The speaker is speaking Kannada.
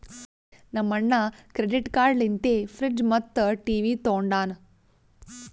ನಮ್ ಅಣ್ಣಾ ಕ್ರೆಡಿಟ್ ಕಾರ್ಡ್ ಲಿಂತೆ ಫ್ರಿಡ್ಜ್ ಮತ್ತ ಟಿವಿ ತೊಂಡಾನ